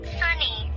sunny